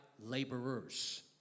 laborers